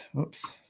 oops